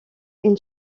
une